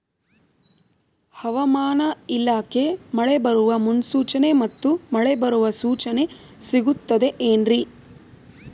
ಹವಮಾನ ಇಲಾಖೆ ಮಳೆ ಬರುವ ಮುನ್ಸೂಚನೆ ಮತ್ತು ಮಳೆ ಬರುವ ಸೂಚನೆ ಸಿಗುತ್ತದೆ ಏನ್ರಿ?